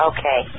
Okay